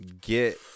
get